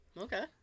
Okay